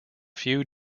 few